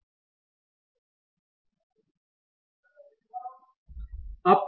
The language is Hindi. अब P Hat क्या है